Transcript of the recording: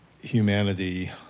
humanity